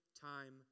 time